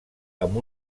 amb